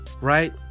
right